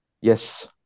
Yes